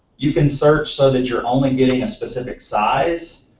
you can search so that you're only getting a specific size,